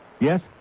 Yes